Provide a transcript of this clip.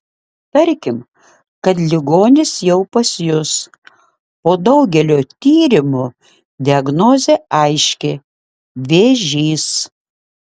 tarkim kad ligonis jau pas jus po daugelio tyrimų diagnozė aiški vėžys